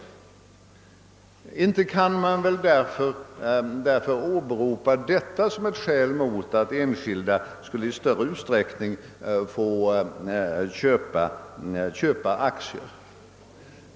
Detta kan väl därför inte åberopas som ett skäl mot att enskilda i större utsträckning skulle få köpa aktier.